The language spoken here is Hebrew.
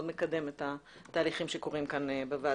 מקדם את התהליכים שקורים כאן בוועדה.